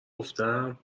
گفتم